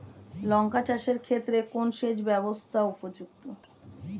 লঙ্কা চাষের ক্ষেত্রে কোন সেচব্যবস্থা উপযুক্ত?